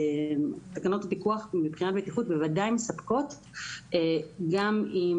תקנות הפיקוח מבחינת הבטיחות בוודאי מספקות גם אם